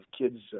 kids